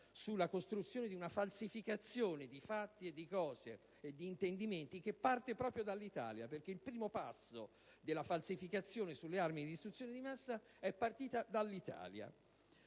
sulla costruzione di una falsificazione di fatti, di cose e di intendimenti che parte proprio dall'Italia, perché il primo passo della falsificazione sulle armi di distruzione massa è partito dell'Italia.